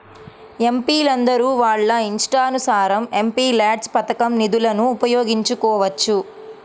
ఎంపీలందరూ వాళ్ళ ఇష్టానుసారం ఎంపీల్యాడ్స్ పథకం నిధులను ఉపయోగించుకోవచ్చు